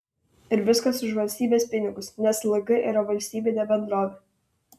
ir viskas už valstybės pinigus nes lg yra valstybinė bendrovė